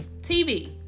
tv